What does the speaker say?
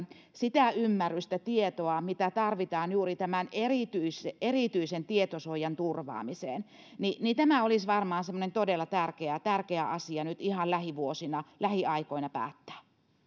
sitä ymmärrystä tietoa mitä tarvitaan juuri tämän erityisen tietosuojan turvaamiseen tämä olisi varmaan semmoinen todella tärkeä tärkeä asia nyt lähivuosina lähiaikoina päättää